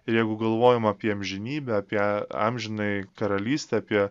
ir jeigu galvojam apie amžinybę apie amžinąjį karalystę apie